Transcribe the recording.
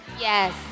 Yes